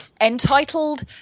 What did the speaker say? Entitled